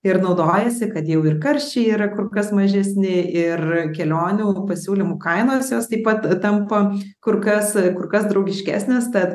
ir naudojasi kad jau ir karščiai yra kur kas mažesni ir kelionių pasiūlymų kainos jos taip pat tampa kur kas kur kas draugiškesnės tad